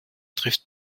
trifft